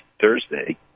Thursday